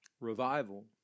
revival